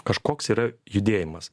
kažkoks yra judėjimas